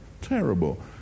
Terrible